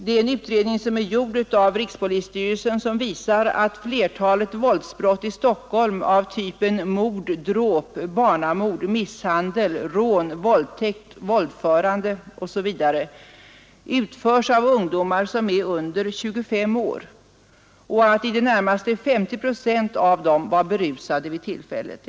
En utredning som gjorts av rikspolisstyrelsen visar att flertalet våldsbrott i Stockholm av typen mord, dråp, barnamord, misshandel, rån, våldtäkt, våldförande osv. utförts av ungdomar som är under 25 år. I det närmaste 50 procent av dem var berusade vid tillfället.